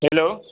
hello